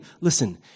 listen